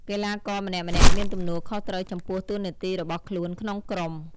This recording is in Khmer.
កីឡាករម្នាក់ៗមានទំនួលខុសត្រូវចំពោះតួនាទីរបស់ខ្លួនក្នុងក្រុម។